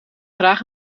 graag